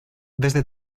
desde